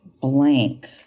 Blank